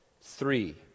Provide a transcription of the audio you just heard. Three